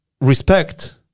respect